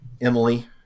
Emily